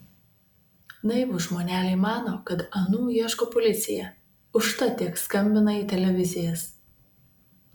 naivūs žmoneliai mano kad anų ieško policija užtat tiek skambina į televizijas